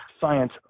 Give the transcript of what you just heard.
Science